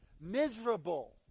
miserable